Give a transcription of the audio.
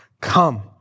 come